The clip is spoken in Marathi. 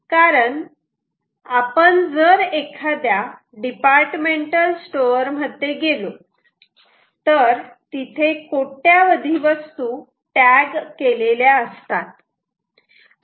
कारण आपण जर एखाद्या डिपार्टमेंटल स्टोअर मध्ये गेलो तर तिथे कोट्यावधी वस्तू टॅग केलेल्या असतात